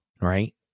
right